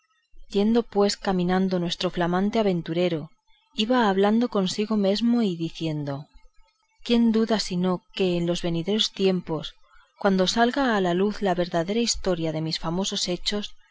yendo pues caminando nuestro flamante aventurero iba hablando consigo mesmo y diciendo quién duda sino que en los venideros tiempos cuando salga a luz la verdadera historia de mis famosos hechos